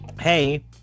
hey